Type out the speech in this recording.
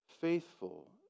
faithful